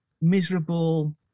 miserable